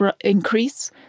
increase